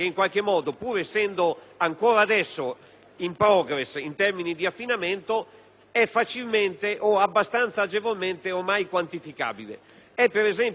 è facilmente o abbastanza agevolmente ormai quantificabile. Questo tema è molto più complicato con riferimento all'assistenza, materia sulla quale non ci sono